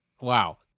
Wow